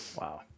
Wow